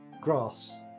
grass